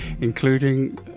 including